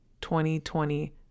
2020